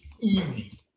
Easy